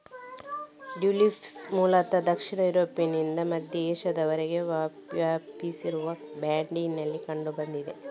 tulips ಮೂಲತಃ ದಕ್ಷಿಣ ಯುರೋಪ್ನಿಂದ ಮಧ್ಯ ಏಷ್ಯಾದವರೆಗೆ ವ್ಯಾಪಿಸಿರುವ ಬ್ಯಾಂಡಿನಲ್ಲಿ ಕಂಡು ಬಂದಿದೆ